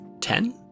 Ten